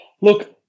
Look